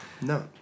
no